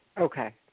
Okay